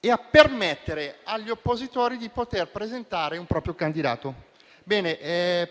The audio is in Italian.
e a permettere agli oppositori di presentare un proprio candidato. Bene: